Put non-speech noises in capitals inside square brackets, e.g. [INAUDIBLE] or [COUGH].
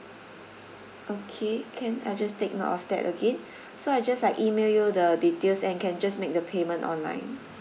okay can I just take note of that again [BREATH] so I just like email you the details and you can just make the payment online